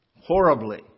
horribly